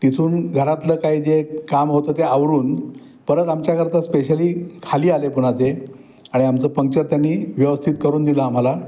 तिथून घरातलं काय जे काम होतं ते आवरून परत आमच्याकरता स्पेशली खाली आले पुन्हा ते आणि आमचं पंक्चर त्यांनी व्यवस्थित करून दिलं आम्हाला